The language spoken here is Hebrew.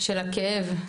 הכאב.